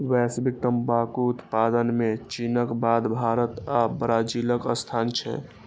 वैश्विक तंबाकू उत्पादन मे चीनक बाद भारत आ ब्राजीलक स्थान छै